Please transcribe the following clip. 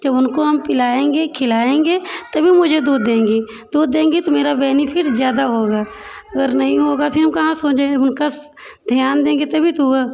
जब उनको हम पिलाएंगे खिलाएंगे तभी मुझे दूध देंगी दूध देंगी तो मेरा बेनीफिट ज़्यादा होगा अगर नहीं होगा तो फिर हम कहाँ सोजे उनका ध्यान देंगे तभी तो हुआ